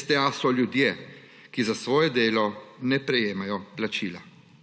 STA so ljudje, ki za svoje delo ne prejemajo plačila.